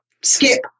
skip